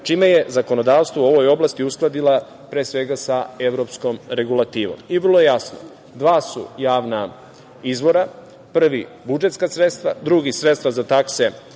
čime je zakonodavstvo u ovoj oblasti uskladila pre svega sa evropskom regulativom. I vrlo je jasno – dva su javna izvora, prvi budžetska sredstva, drugi sredstva za takse